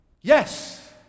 Yes